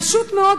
פשוט מאוד,